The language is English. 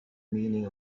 meaning